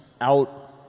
out